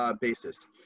basis